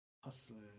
hustling